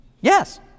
Yes